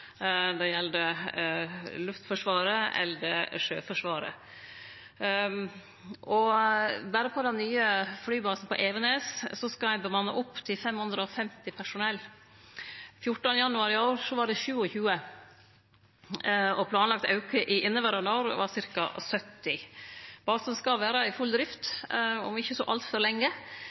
Luftforsvaret eller Sjøforsvaret. Berre på den nye flybasen på Evenes skal ein bemanne opp til 550 personell. 14. januar i år var det 27, og den planlagde auken i inneverande år var ca. 70. Basen skal vere i full drift om ikkje så altfor lenge,